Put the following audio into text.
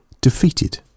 defeated